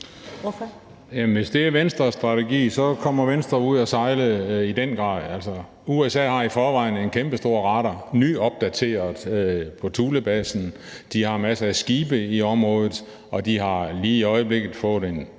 Jamen hvis det er Venstres strategi, kommer Venstre i den grad ud at sejle. Altså, USA har i forvejen en kæmpestor radar, nyopdateret, på Thulebasen, de har masser af skibe i området og har lige i øjeblikket en